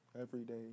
everyday